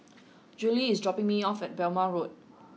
Judie is dropping me off at Balmoral Road